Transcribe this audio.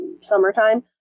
summertime